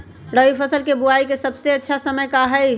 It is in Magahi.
रबी फसल के बुआई के सबसे अच्छा समय का हई?